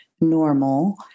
normal